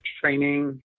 training